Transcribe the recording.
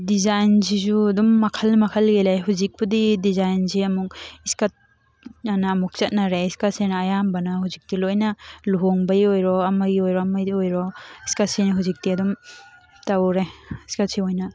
ꯗꯤꯖꯥꯏꯟꯁꯤꯁꯨ ꯑꯗꯨꯝ ꯃꯈꯜ ꯃꯈꯜꯒꯤ ꯂꯩ ꯍꯧꯖꯤꯛꯄꯨꯗꯤ ꯗꯤꯖꯥꯏꯟꯁꯦ ꯑꯃꯨꯛ ꯏꯁꯀꯠ ꯑꯅ ꯑꯃꯨꯛ ꯆꯠꯅꯔꯦ ꯏꯁꯀꯠꯁꯤꯅ ꯑꯌꯥꯝꯕꯅ ꯍꯧꯖꯤꯛꯇꯤ ꯂꯣꯏꯅ ꯂꯨꯍꯣꯡꯕꯩ ꯑꯣꯏꯔꯣ ꯑꯃꯒꯤ ꯑꯣꯏꯔꯣ ꯑꯃꯒꯤ ꯑꯣꯏꯔꯣ ꯏꯁꯀꯠꯁꯤꯅ ꯍꯧꯖꯤꯛꯇꯤ ꯑꯗꯨꯝ ꯇꯧꯔꯦ ꯏꯁꯀꯠꯁꯤ ꯑꯣꯏꯅ